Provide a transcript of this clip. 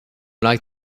like